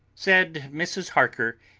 said mrs. harker,